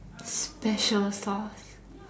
special sauce